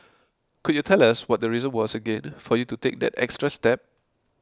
could you tell us what the reason was again for you to take that extra step